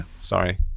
sorry